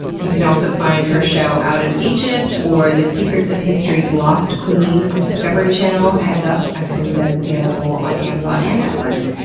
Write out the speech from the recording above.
you can also find her show out of egypt or the secrets of history's lost queen on discovery channel. heads up, i believe that is available on amazon and netflix.